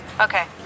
Okay